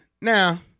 Now